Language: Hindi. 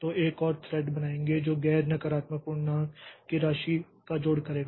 तो एक और थ्रेड बनाएंगे जो गैर नकारात्मक पूर्णांक की राशि का जोड़ करेगा